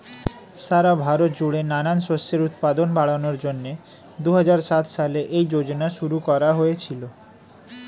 সারা ভারত জুড়ে নানান শস্যের উৎপাদন বাড়ানোর জন্যে দুহাজার সাত সালে এই যোজনা শুরু করা হয়েছিল